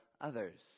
others